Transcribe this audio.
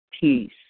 peace